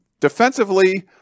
Defensively